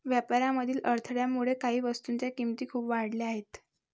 व्यापारातील अडथळ्यामुळे काही वस्तूंच्या किमती खूप वाढल्या आहेत